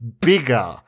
bigger